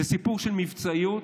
זה סיפור של מבצעיות,